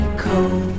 cold